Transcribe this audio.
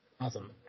Awesome